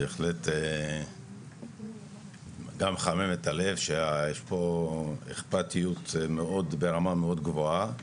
בהחלט מחמם את הלב שיש פה אכפתיות ברמה מאוד גבוהה.